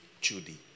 Judy